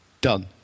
Done